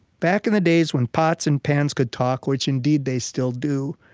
back in the days when pots and pans could talk, which indeed they still do,